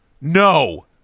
No